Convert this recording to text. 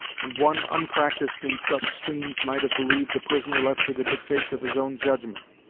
and one unpractised in such scenes might have believed the prisoner left to the dictates of his own judgment.